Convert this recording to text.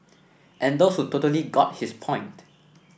and those who totally got his point